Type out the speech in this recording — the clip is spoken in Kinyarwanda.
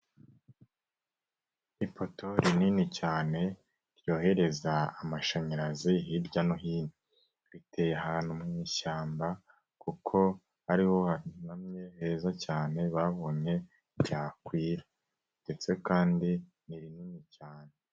lpoto rinini cyane ryohereza amashanyarazi hirya no hino, biteye ahantu mwishyamba kuko ariho hanamye heza cyane babonye ryakwira, ndetse kandi ni rinini cyane.